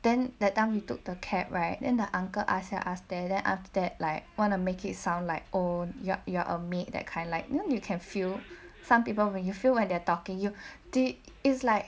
then that time we took the cab right then the uncle ask here ask there then after that like wanna make it sound like oh you're you're a maid that kind like you know you can feel some people when you feel when they're talking you did is like